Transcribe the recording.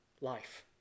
life